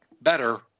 better